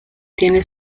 tiene